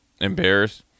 embarrassed